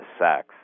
sex